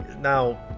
now